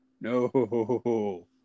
No